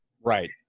Right